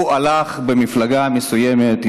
הוא הלך עם מפלגה מסוימת,